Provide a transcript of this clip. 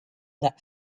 that